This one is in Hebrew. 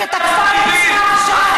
משבשים את כל החקירה.